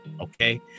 okay